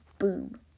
Boom